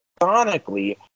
sonically